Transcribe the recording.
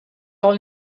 all